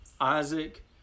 Isaac